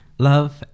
Love